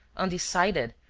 undecided,